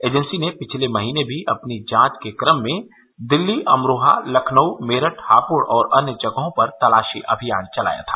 agency ने पिछले महीने भी अपनी जांच के क्रम में दिल्ली अमरोहा लखनऊ मेरठ हापुड़ और अन्य जगहों पर तलाशी अभियान चलाया था